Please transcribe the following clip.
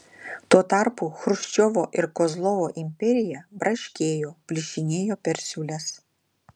tuo tarpu chruščiovo ir kozlovo imperija braškėjo plyšinėjo per siūles